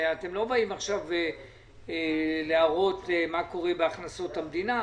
שאתם לא באים עכשיו להראות מה קורה בהכנסות המדינה,